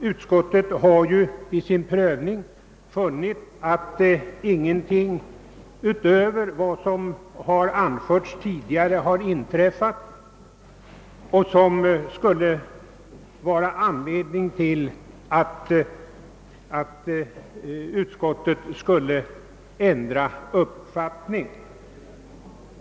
Utskottet har vid sin prövning funnit att ingenting utöver vad som anförts tidigare nu har inträffat som skulle kunna föranleda en ändrad uppfattning.